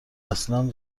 اصلا